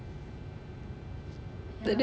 but then so cute